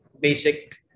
basic